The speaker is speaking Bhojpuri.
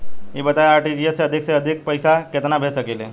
ई बताईं आर.टी.जी.एस से अधिक से अधिक केतना पइसा भेज सकिले?